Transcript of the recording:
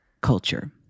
culture